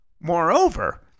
Moreover